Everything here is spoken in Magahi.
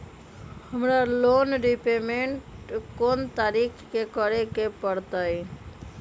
हमरा लोन रीपेमेंट कोन तारीख के करे के परतई?